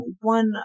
one